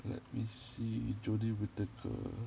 let me see jodie whittaker